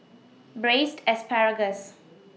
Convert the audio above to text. Braised Asparagus